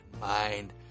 mind